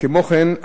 כמו כן,